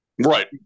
Right